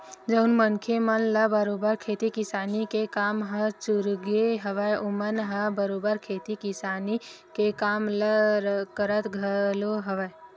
जउन मनखे मन ल बरोबर खेती किसानी के काम ह रुचगे हवय ओमन ह बरोबर खेती किसानी के काम ल करत घलो हवय